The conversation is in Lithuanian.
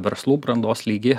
verslų brandos lygį